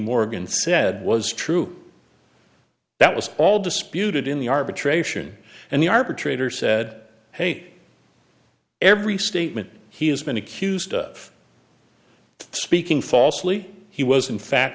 morgan said was true that was all disputed in the arbitration and the arbitrator said hey every statement he has been accused of speaking falsely he was